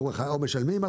או משלמים,